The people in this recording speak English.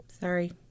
Sorry